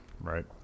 Right